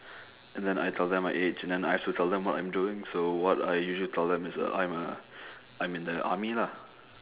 and then I tell them my age and then I also tell them what I'm doing so what I usually tell them is uh I'm a I'm in the army lah